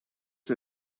der